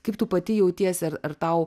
kaip tu pati jautiesi ar ar tau